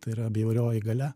tai yra bjaurioji galia